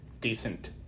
decent